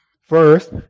first